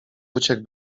uciekł